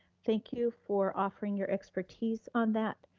thank you for offering your expertise on that.